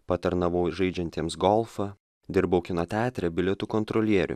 patarnavau žaidžiantiems golfą dirbau kino teatre bilietų kontrolieriu